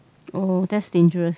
oh that's dangerous